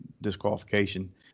disqualification